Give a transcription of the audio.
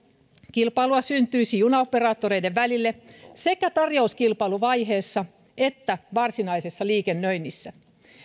kilpailua syntyisi junaoperaattoreiden välille sekä tarjouskilpailuvaiheessa että varsinaisessa liikennöinnissä